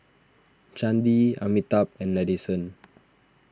Chandi Amitabh and Nadesan